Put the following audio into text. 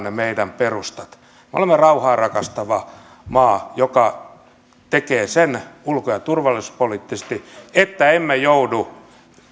ne meidän perustat me olemme rauhaa rakastava maa joka tekee ulko ja turvallisuuspoliittisesti sen että emme joudu